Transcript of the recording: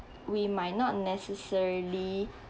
we might not necessarily